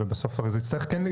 בסוף הרי זה יצטרך כן,